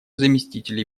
заместителей